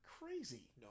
crazy